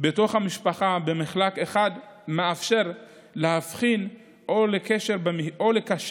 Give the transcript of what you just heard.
בתוך המשפחה במחלק אחד מאפשר להבחין או לקשר